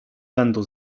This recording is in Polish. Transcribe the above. będą